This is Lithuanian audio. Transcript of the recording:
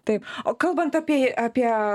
taip o kalbant apie apie